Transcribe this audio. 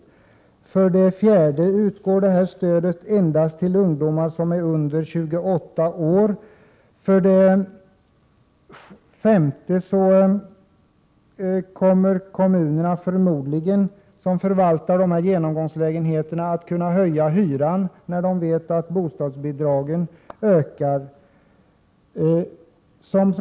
Stödet utgår vidare endast till ungdomar under 28 år. Kommunerna, som förvaltar genomgångslägenheter för ungdomar, kommer förmodligen dessutom att höja hyrorna, när de vet att bostadsbidragen ökar.